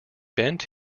bent